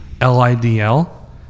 l-i-d-l